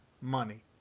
money